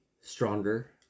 Stronger